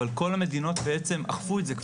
אבל כל המדינות בעצם אכפו את זה.